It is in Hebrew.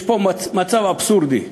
יש פה מצב אבסורדי: